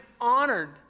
honored